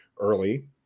early